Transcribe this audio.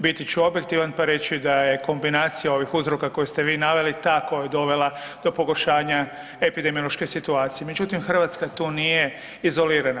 Biti ću objektivan pa reći da kombinacija ovih uzroka koje ste vi naveli ta koja je dovela do pogoršanja epidemiološke situacije, međutim Hrvatska tu nije izolirana.